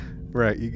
Right